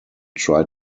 try